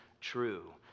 true